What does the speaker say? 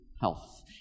health